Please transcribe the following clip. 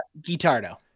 Guitardo